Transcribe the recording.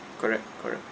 correct correct